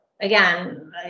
again